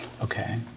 Okay